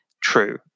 True